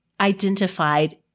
identified